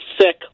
sick